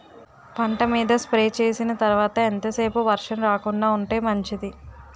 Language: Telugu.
పంట మీద స్ప్రే చేసిన తర్వాత ఎంత సేపు వర్షం రాకుండ ఉంటే మంచిది?